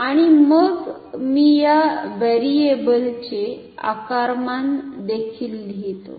आणि मग मी या व्हेरिएबलचे आकारमान देखील लिहितो